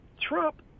Trump